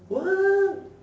what